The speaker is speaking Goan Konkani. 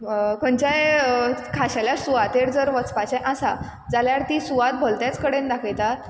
खंयच्याय खाशेल्या सुवातेर जर वचपाचें आसा जाल्यार ती सुवात भलतेच कडेन दाखयतात